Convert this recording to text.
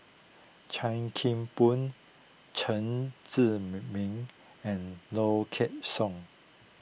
Chan Kim Boon Chen Zhiming and Low Kway Song